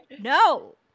No